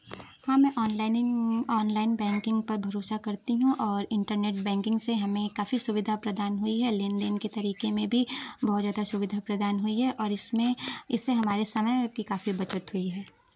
हाँ में ऑनलाइनिंग अनलाइन बैंकिंग पर भरोसा करती हूँ और इंटरनेट बैंकिंग से हमें काफ़ी सुविधा प्रदान हुई है लेनदेन के तरीके में भी बहुत ज़्यादा सुविधा प्रदान हुई है और इसमें इससे हमारे समय में भी काफ़ी बचत हुई है